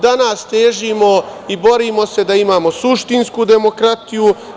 Danas težimo i borimo se da imamo suštinsku demokratiju.